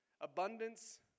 abundance